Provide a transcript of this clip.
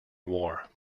war